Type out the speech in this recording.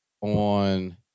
on